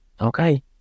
Okay